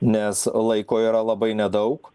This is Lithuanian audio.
nes laiko yra labai nedaug